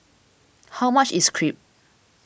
how much is Crepe